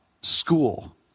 school